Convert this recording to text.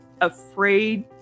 afraid